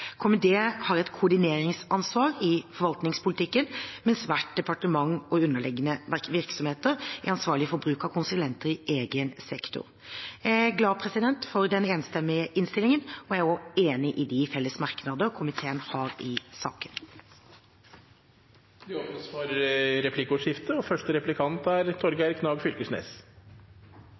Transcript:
har et koordineringsansvar i forvaltningspolitikken, mens hvert departement og underliggende virksomheter er ansvarlig for bruk av konsulenter i egen sektor. Jeg er glad for den enstemmige innstillingen, og jeg er også enig i de felles merknader komiteen har i saken. Det blir replikkordskifte.